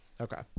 Okay